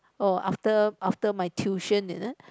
oh after after my tuition is it